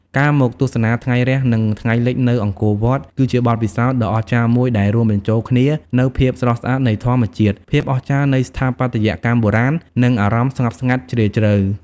ការមកទស្សនាថ្ងៃរះ និងថ្ងៃលិចនៅអង្គរវត្ត គឺជាបទពិសោធន៍ដ៏អស្ចារ្យមួយដែលរួមបញ្ចូលគ្នានូវភាពស្រស់ស្អាតនៃធម្មជាតិ ភាពអស្ចារ្យនៃស្ថាបត្យកម្មបុរាណ និងអារម្មណ៍ស្ងប់ស្ងាត់ជ្រាលជ្រៅ។